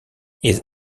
his